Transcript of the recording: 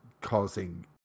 causing